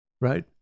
right